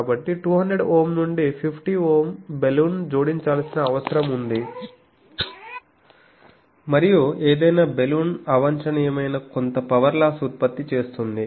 కాబట్టి 200Ω నుండి 50Ω బలూన్ జోడించాల్సిన అవసరం ఉంది మరియు ఏదైనా బలూన్ అవాంఛనీయమైన కొంత పవర్ లాస్ ఉత్పత్తి చేస్తుంది